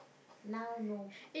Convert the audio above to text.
now no